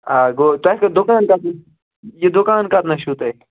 آ گوٚو تۄہہِ کٔژ دُکان کَتی یہِ دُکان کَتنَس چھُو تۄہہِ